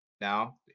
now